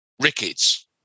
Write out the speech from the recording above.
rickets